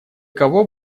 кого